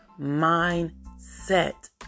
mindset